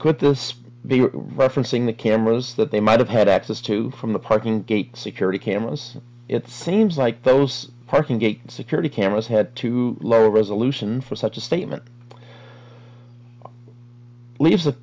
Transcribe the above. could this be referencing the cameras that they might have had access to from the parking gate security cameras it seems like those parking gate security cameras had too low resolution for such a statement leaves a